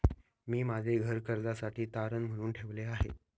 मी माझे घर कर्जासाठी तारण म्हणून ठेवले आहे